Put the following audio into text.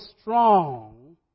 strong